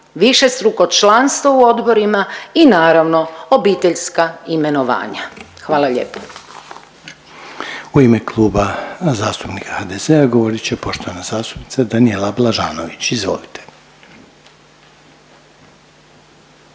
višestruko članstvo u odborima i naravno obiteljska imenovanja. Hvala lijepo. **Reiner, Željko (HDZ)** U ime Kluba zastupnika HDZ-a govorit će poštovana zastupnica Danijela Blažanović. Izvolite.